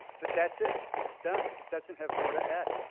but that's it, it's done. it doesn't have more to add.